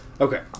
Okay